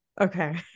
Okay